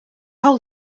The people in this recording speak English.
whole